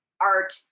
art